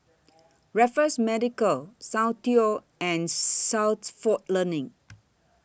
Raffles Medical Soundteoh and Learning